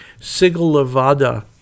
Sigalavada